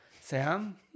Sam